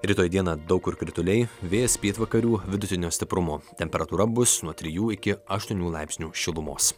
rytoj dieną daug kur krituliai vėjas pietvakarių vidutinio stiprumo temperatūra bus nuo trijų iki aštuonių laipsnių šilumos